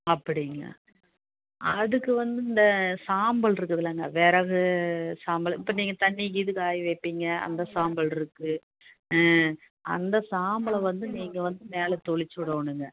அப்படிங்க அதுக்கு வந்து இந்த சாம்பல் இருக்குதில்லங்க விறகு சாம்பல் இப்போ நீங்கள் தண்ணிக்கீது காய வைப்பிங்க அந்த சாம்பல்இருக்கு அந்த சாம்பலை வந்து நீங்கள் வந்து மேலே தெளிச்சி விடணுங்க